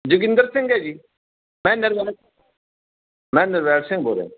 ਜੋਗਿੰਦਰ ਸਿੰਘ ਹੈ ਜੀ ਮੈਂ ਨਿਰਵੈਰ ਮੈਂ ਨਿਰਵੈਰ ਸਿੰਘ ਬੋਲ ਰਿਹਾ